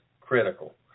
critical